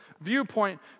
viewpoint